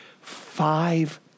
Five